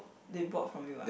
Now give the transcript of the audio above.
they bought from you ah